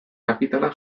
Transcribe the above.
kapitala